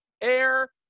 air